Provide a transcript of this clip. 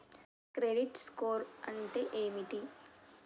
Credit score అంటే ఏమిటి?